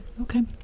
Okay